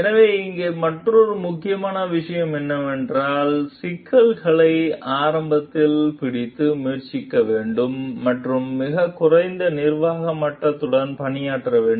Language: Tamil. எனவே இங்கே மற்றொரு முக்கியமான விஷயம் என்னவென்றால் சிக்கல்களை ஆரம்பத்தில் பிடிக்க முயற்சிக்க வேண்டும் மற்றும் மிகக் குறைந்த நிர்வாக மட்டத்துடன் பணியாற்ற வேண்டும்